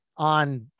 on